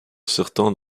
certains